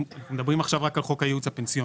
מדברים עכשיו רק על חוק הייעוץ הפנסיוני.